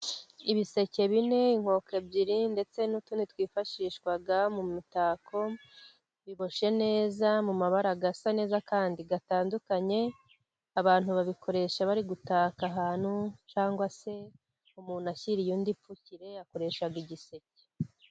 Ibiseke bine, inkoko ebyiri, ndetse n'utundi twifashishwa mu mitako, biboshye neza mu mabara asa neza, kandi atandukanye, abantu babikoresha bari gutaka ahantu, cyangwa se umuntu ashyira iyo undi ipukire, akoresha igiseke.